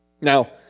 Now